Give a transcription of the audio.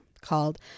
called